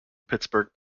pittsburgh